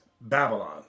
Babylon